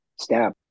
step